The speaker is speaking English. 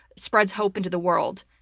spreads hope into the world.